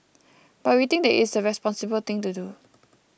but we think it is the responsible thing to do